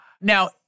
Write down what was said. Now